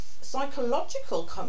psychological